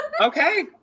Okay